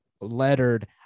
lettered